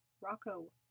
Rocco